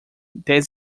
dez